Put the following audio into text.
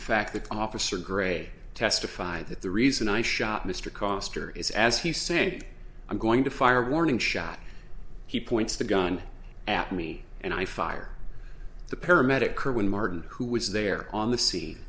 the fact that officer gray testified that the reason i shot mr coster is as he's saying i'm going to fire warning shot he points the gun at me and i fire the paramedic erwin martin who was there on the sea